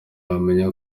wamenya